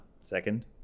Second